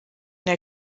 der